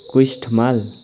quest mall